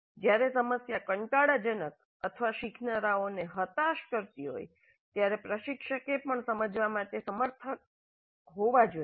જ્યારે સમસ્યા કંટાળાજનક અથવા શીખનારાઓને હતાશ કરતી હોય ત્યારે પ્રશિક્ષક પણ સમજવા માટે સમર્થ હોવા જોઈએ